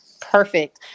Perfect